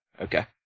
Okay